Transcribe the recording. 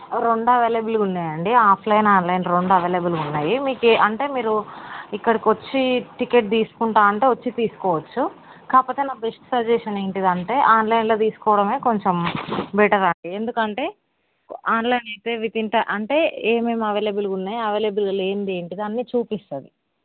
రెండూ అవైలబుల్గా ఉన్నాయండి ఆఫ్లైన్ ఆన్లైన్ రెండూ అవైలబుల్గా ఉన్నాయి మీకీ అంటే మీరు ఇక్కడికి వచ్చి టికెట్ తీసుకుంటా అంటే వచ్చి తీసుకోవచ్చు కాకపోతే నా బెస్ట్ సజెషన్ ఏంటిదంటే ఆన్లైన్లో తీసుకోవడమే కొంచెం బెటర్ అంటా ఎందుకంటే ఆన్లైన్ అయితే విత్ ఇన్ అంటే ఏమేమి అవైలబుల్గా ఉన్నాయి అవైలబుల్లో లేనిది ఏంటిది అన్నీ చూపిస్తుంది